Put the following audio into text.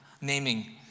naming